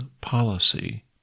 policy